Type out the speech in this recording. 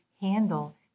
handle